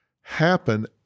happen